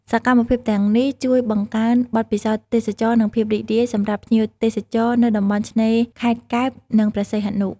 សកម្មភាពទាំងនេះជួយបង្កើនបទពិសោធន៍ទេសចរណ៍ និងភាពរីករាយសម្រាប់ភ្ញៀវទេសចរនៅតំបន់ឆ្នេរខេត្តកែប និងព្រះសីហនុ។